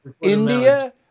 India